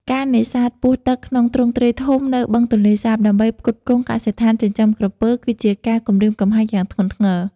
ការនេសាទពស់ទឹកក្នុងទ្រង់ទ្រាយធំនៅបឹងទន្លេសាប ដើម្បីផ្គត់ផ្គង់កសិដ្ឋានចិញ្ចឹមក្រពើ គឺជាការគំរាមកំហែងយ៉ាងធ្ងន់ធ្ងរ។